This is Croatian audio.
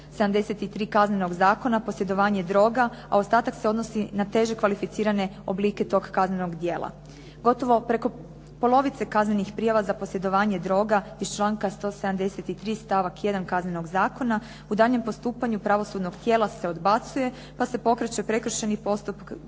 173. Kaznenog zakona posjedovanje droga, a ostatak se odnosi na teže kvalificirane oblike toga kaznenog djela. Gotovo preko polovice kaznenih prijava za posjedovanje droga iz članka 173. stavak 1. Kaznenog zakona u daljnjem postupanju pravosudnog tijela se odbacuje pa se pokreće prekršajni postupak